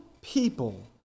people